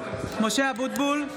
(קוראת בשמות חברי הכנסת) משה אבוטבול,